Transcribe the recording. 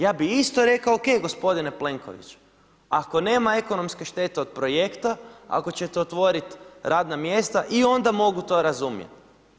Ja bi isto rekao o.k. gospodine Plenković, ako nema ekonomske štete od projekta, ako ćete otvoriti radna mjesta i onda mogu to razumjeti.